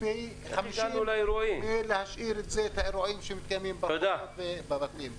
פי 50 מאשר להשאיר את האירועים שמתקיימים בבתים.